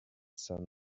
sun